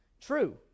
True